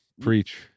preach